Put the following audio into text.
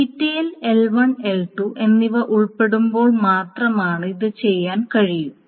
യിൽ L1 L2 എന്നിവ ഉൾപ്പെടുമ്പോൾ മാത്രമേ ഇത് ചെയ്യാൻ കഴിയൂ